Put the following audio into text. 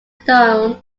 known